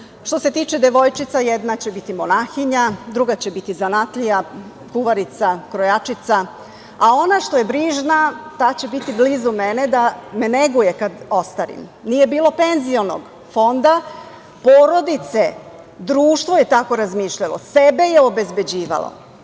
što se tiče devojčica jedna će biti monahinja, druga će biti zanatlija, kuvarica, krojačica, a ona što je brižna, ta će biti blizu mene da me neguje kad ostarim. Nije bilo penzionog fonda. Porodice, društvo je tako razmišljalo, sebe je obezbeđivalo.